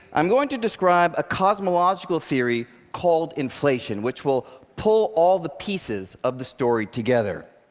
i'm going to describe a cosmological theory called inflation, which will pull all the pieces of the story together.